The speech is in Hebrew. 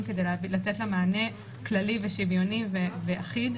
כדי לתת לה מענה כללי ושוויוני ואחיד.